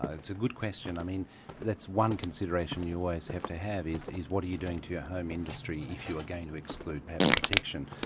ah that's a good question. i mean that's one consideration you always have to have, is is what are you doing to your home industry if you are going to exclude patent protection?